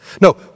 No